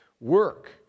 work